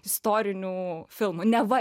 istorinių filmų neva